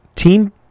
Team